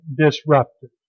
disrupted